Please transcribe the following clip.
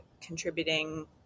contributing